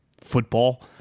football